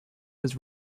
was